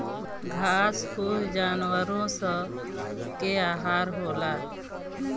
घास फूस जानवरो स के आहार होला